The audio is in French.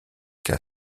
qu’à